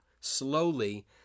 slowly